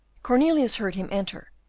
cornelius heard him enter,